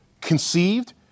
Conceived